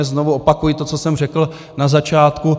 Znovu opakuji to, co jsem řekl na začátku.